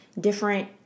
different